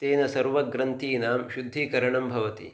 तेन सर्वग्रन्थीनां शुद्धीकरणं भवति